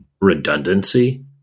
redundancy